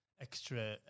extra